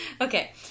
Okay